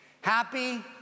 Happy